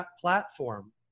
platform